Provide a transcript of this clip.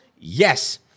yes